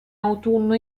autunno